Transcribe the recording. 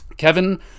kevin